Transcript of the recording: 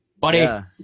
Buddy